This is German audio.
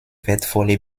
wertvolle